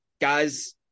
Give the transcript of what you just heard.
guys